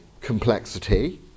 complexity